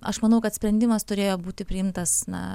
aš manau kad sprendimas turėjo būti priimtas na